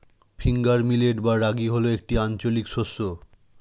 finger millet বা রাগী হল একটি আঞ্চলিক শস্য